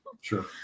Sure